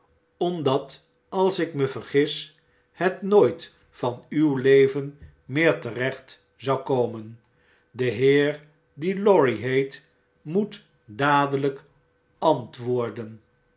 omdat als ikme vergis het nooit van uw leven meer terecht zou komen de heer die lorry heet moet dadeln'k antwoorden